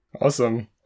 Awesome